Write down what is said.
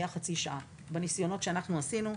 הממוצע היה חצי שעה בניסיונות שעשינו.